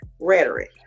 rhetoric